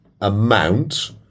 amount